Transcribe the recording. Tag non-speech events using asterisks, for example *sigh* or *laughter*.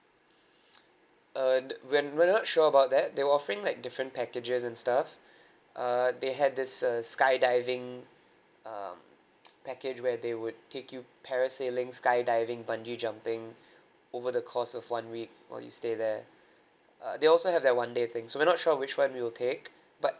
uh when we're not sure about that they were offering like different packages and stuff uh they had this uh skydiving um *noise* package where they would take you parasailing skydiving bungee jumping over the course of one week on your stay there uh they also have that one day thing so we're not sure which one we'll take but